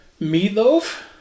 Meatloaf